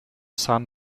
san